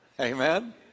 Amen